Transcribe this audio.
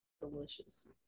Delicious